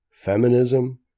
Feminism